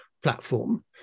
platform